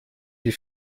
die